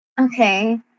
Okay